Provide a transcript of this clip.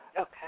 Okay